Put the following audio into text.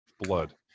blood